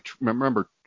remember